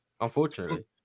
Unfortunately